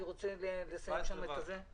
אני רוצה לסיים את זה.